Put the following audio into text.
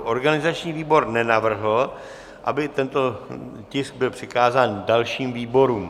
Organizační výbor nenavrhl, aby tento tisk byl přikázán dalším výborům.